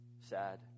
sad